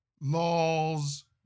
laws